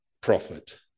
prophet